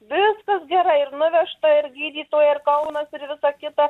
viskas gerai ir nuvežta ir gydytojai ir kaunas ir visa kita